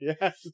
Yes